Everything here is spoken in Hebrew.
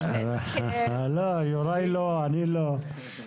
הרי ברור שאנחנו לא יכולים להיגמל מהמנהג.